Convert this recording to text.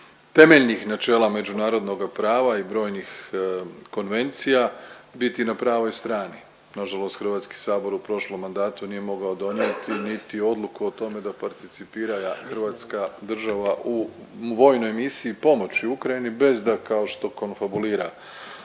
temeljnih načela međunarodnoga prava i brojnih konvencija biti na pravoj strani. Nažalost HS u prošlom mandatu nije mogao donijeti niti odluku o tome da participira hrvatska država u vojnoj misiji pomoći Ukrajini bez da kao što konfabulira